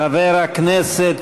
חבר הכנסת,